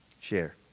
share